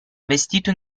vestito